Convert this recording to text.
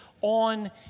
on